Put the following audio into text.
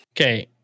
Okay